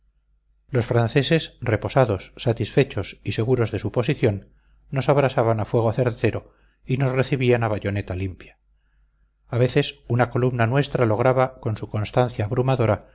los franceses reposados satisfechos y seguros de su posición nos abrasaban a fuego certero y nos recibían a bayoneta limpia a veces una columna nuestra lograba con su constancia abrumadora